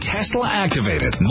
Tesla-activated